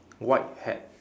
white hat